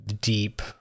deep